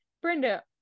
Brenda